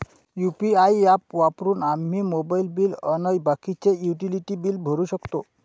UPI app वापरून आम्ही mobile bill अन बाकीचे युटिलिटी बिल भरू शकतो